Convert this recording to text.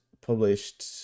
published